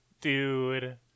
Dude